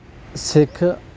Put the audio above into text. ਸਿੱਖ